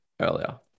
earlier